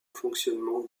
fonctionnement